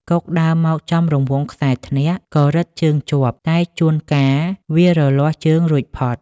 កុកដើរមកចំរង្វង់ខ្សែធ្នាក់ក៏រឹតជើងជាប់ តែជួនកាលវារលាស់ជើងរួចផុត ។